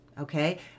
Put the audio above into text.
okay